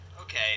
Okay